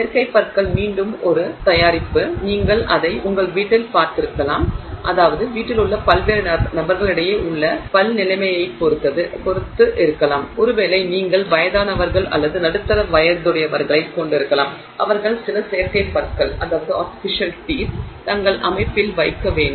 செயற்கை பற்கள் மீண்டும் ஒரு தயாரிப்பு நீங்கள் அதை உங்கள் வீட்டில் பார்த்திருக்கலாம் அதாவது வீட்டிலுள்ள பல்வேறு நபர்களிடையே உள்ள பல் நிலைமையைப் பொறுத்து இருக்கலாம் ஒருவேளை நீங்கள் வயதானவர்கள் அல்லது நடுத்தர வயதுடையவர்களைக் கொண்டிருக்கலாம் அவர்கள் சில செயற்கை பற்களை தங்கள் அமைப்பில் வைக்க வேண்டும்